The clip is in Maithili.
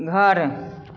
घर